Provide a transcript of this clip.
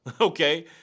Okay